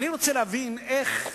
אני רוצה להבין איך הגאון,